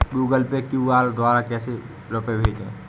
Google Pay QR द्वारा कैसे रूपए भेजें?